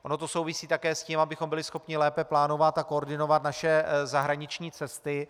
Ono to souvisí také s tím, abychom byli schopni lépe plánovat a koordinovat naše zahraniční cesty.